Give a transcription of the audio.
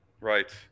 right